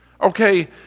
Okay